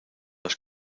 las